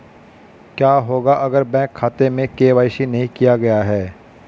क्या होगा अगर बैंक खाते में के.वाई.सी नहीं किया गया है?